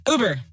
Uber